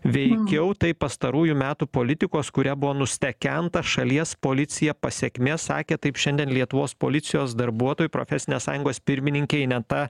veikiau tai pastarųjų metų politikos kuria buvo nustekenta šalies policija pasekmė sakė taip šiandien lietuvos policijos darbuotojų profesinės sąjungos pirmininkė ineta